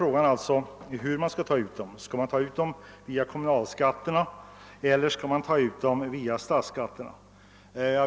Frågan är här hur kostnaderna skall tas ut. Skall det ske via kommunalskatten eller via statsskatten?